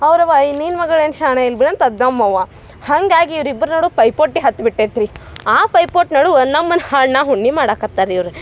ಅವರವ್ವ ಏ ನಿನ್ನ ಮಗಳು ಏನು ಶಾಣೆ ಇಲ್ಲ ಬಿಡಂತ ಅದು ನಮ್ಮವ್ವ ಹಾಗಾಗಿ ಇವ್ರ ಇಬ್ರ್ ನಡು ಪೈಪೋಟಿ ಹತ್ತು ಬಿಟೈತಿ ರೀ ಆ ಪೈಪೋಟಿ ನಡುವ ನಮ್ಮನ ಹಣ್ಣ ಹುಣ್ಣಿ ಮಾಡಕತ್ತಾರೆ ರೀ ಇವ್ರ